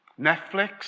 Netflix